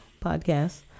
podcast